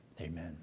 Amen